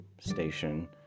station